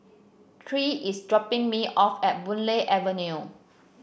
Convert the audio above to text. Tre is dropping me off at Boon Lay Avenue